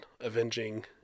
avenging